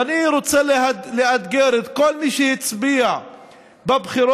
ואני רוצה לאתגר את כל מי שהצביע בבחירות